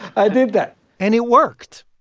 i did that and it worked.